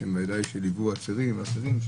שבוודאי ליוו עצירים ואסירים,